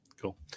cool